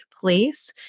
Place